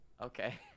okay